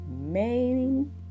main